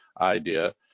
idea